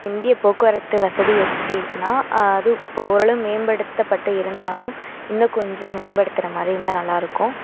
இந்திய போக்குவரத்து வசதி எப்படி இருக்குதுன்னா அது இப்போ ஓரளவு மேம்படுத்தப்பட்டு இருந்தாலும் இன்னும் கொஞ்சம் மேம்பாட்டுத்துகிற மாதிரி இருந்தால் நல்லாயிருக்கும்